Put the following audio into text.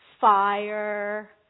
fire